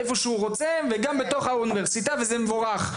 איפה שהוא רוצה וגם בתוך האוניברסיטה וזה מבורך,